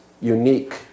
unique